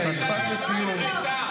משפט לסיום, אדוני.